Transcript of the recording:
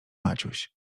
maciuś